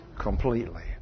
completely